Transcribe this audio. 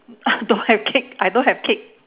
don't have cake I don't have cake